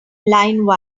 line